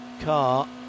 car